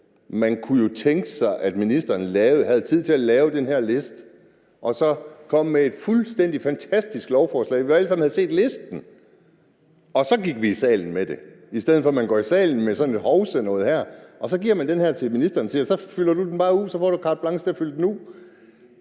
på et nyt folketingsår, og man kunne tænke sig, at ministeren havde tid til at lave den her liste og så komme med et fuldstændig fantastisk lovforslag, så vi alle sammen havde set listen, og at vi så gik i salen med det, i stedet for at man går i salen men sådan et hovsalovforslag, og så giver ministeren listen og siger: Så får du carte blanche til at fylde den ud.